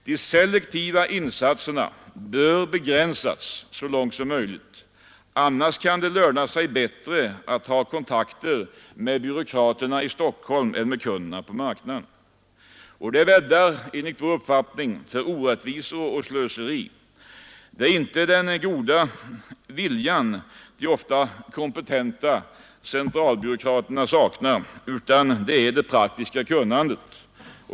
De selektiva insatserna bör begränsas så långt som möjligt — annars kan det löna sig bättre att ha kontakter med byråkraterna i Stockholm än med kunderna på marknaden. Då bäddar vi enligt vår uppfattning för orättvisor och slöseri. Det är inte den goda viljan som de ofta kompetenta centralbyråkraterna saknar, utan det är det praktiska kunnandet.